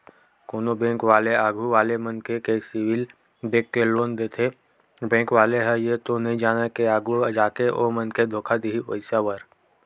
कोनो बेंक वाले आघू वाले मनखे के सिविल देख के लोन देथे बेंक वाले ह ये तो नइ जानय के आघु जाके ओ मनखे धोखा दिही पइसा बर